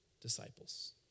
disciples